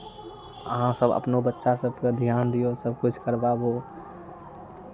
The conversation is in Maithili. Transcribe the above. अहाँसभ अपनो बच्चा सभके ध्यान दियौ सभकिछु करवाबू